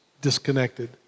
disconnected